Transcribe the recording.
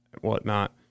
whatnot